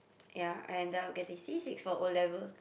ya I end up getting C six for O-levels